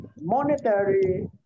monetary